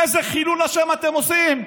איזה חילול השם אתם עושים.